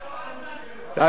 אני כבר לא צריך לראות אותם,